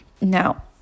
now